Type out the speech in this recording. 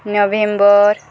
November